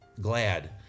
glad